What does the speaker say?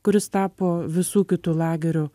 kuris tapo visų kitų lagerių